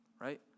Right